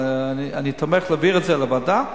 ואני שמח להעביר את זה לוועדה,